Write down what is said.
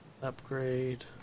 upgrade